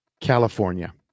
California